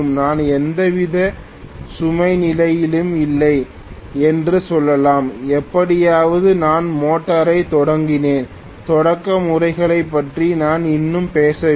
நான் எந்தவிதமான சுமை நிலையிலும் இல்லை என்று சொல்லலாம் எப்படியாவது நான் மோட்டாரைத் தொடங்கினேன் தொடக்க முறைகளைப் பற்றி நான் இன்னும் பேசவில்லை